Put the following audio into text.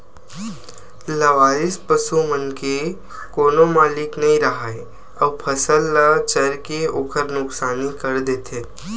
लवारिस पसू मन के कोनो मालिक नइ राहय अउ फसल ल चर के ओखर नुकसानी कर देथे